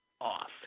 off